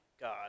God